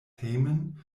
hejmen